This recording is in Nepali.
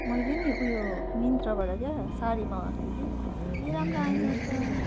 मैले नि उयो मिन्त्राबाट क्या साडी मँगाएको थिएँ कि कम्ती राम्रो आएन रहेछ